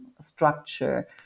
structure